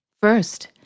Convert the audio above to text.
First